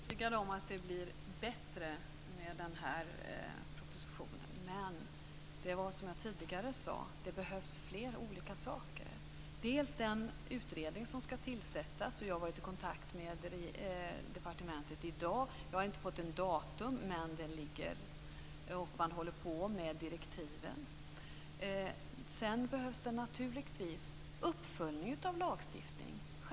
Herr talman! Jag är övertygad om att det blir bättre med den här propositionen, men som jag tidigare sade behövs det flera olika saker. Det gäller bl.a. den utredning som ska tillsättas. Jag har i dag varit i kontakt med departementet. Jag har inte fått något datum för den, men man håller på med direktiven. Vidare behövs det naturligtvis en uppföljning av lagstiftningen.